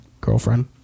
girlfriend